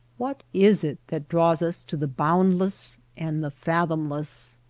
what is it that draws us to the boundless and the fathomless?